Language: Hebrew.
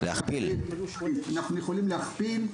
אנחנו יכולים להכפיל.